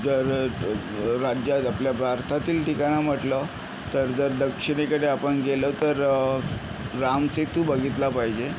जर राज्यात आपल्या भारतातील ठिकाणं म्हटलं तर जर दक्षिणेकडे आपण गेलो तर रामसेतू बघितला पाहिजे